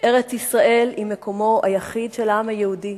ארץ-ישראל היא מקומו היחיד של העם היהודי.